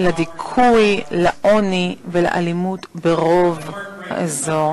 אדוני ראש ממשלת קנדה,